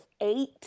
eight